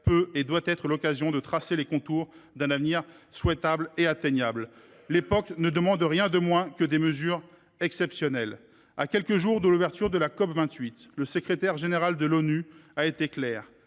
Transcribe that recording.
peut et doit être l’occasion de tracer les contours d’un avenir souhaitable et atteignable. L’époque ne demande rien de moins que des mesures exceptionnelles. À quelques jours de l’ouverture de la COP28, le secrétaire général de l’ONU a été clair